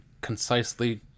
concisely